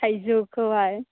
थाइजौखौहाय